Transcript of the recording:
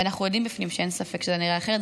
ואנחנו יודעים בפנים שאין ספק שזה היה נראה אחרת,